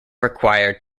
required